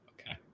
Okay